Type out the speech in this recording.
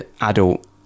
adult